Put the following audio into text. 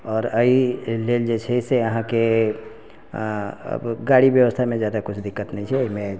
आओर एहि लेल जेछै से अहाँके अब गाड़ीके व्यवस्थामे जादा कुछ दिक्कत नहि छै एहिमे